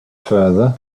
further